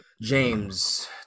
James